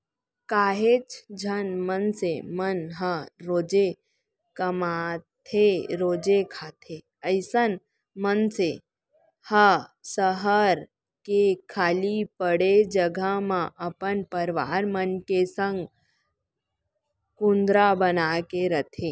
काहेच झन मनसे मन ह रोजे कमाथेरोजे खाथे अइसन मनसे ह सहर के खाली पड़े जघा म अपन परवार मन के संग कुंदरा बनाके रहिथे